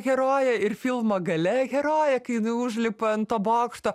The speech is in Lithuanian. herojė ir filmo gale herojė kai jinai jau užlipa ant to bokšto